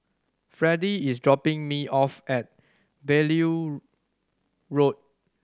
Freddy is dropping me off at Beaulieu Road